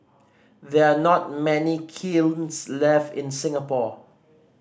there are not many kilns left in Singapore